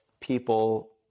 people